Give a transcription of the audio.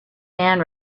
man